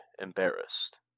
embarrassed